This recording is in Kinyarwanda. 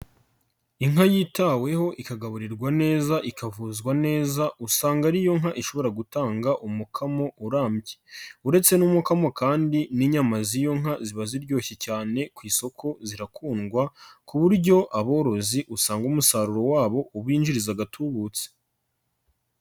Inka yitaweho ikagaburirwa neza ikavuzwa neza, usanga ariyo nka ishobora gutanga umukamo urambye uretse n'umwukamo kandi n'inyama z'iyo nka ziba ziryoshye cyane ku isoko zirakundwa ku buryo aborozi usanga umusaruro wabo ubinjiriza agatubutse.